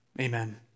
Amen